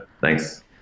Thanks